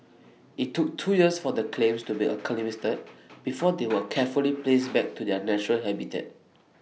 IT took two years for the clams to be acclimatised before they were carefully placed back to their natural habitat